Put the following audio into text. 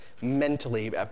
mentally